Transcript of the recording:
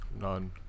None